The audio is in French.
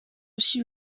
aussi